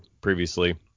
previously